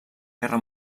guerra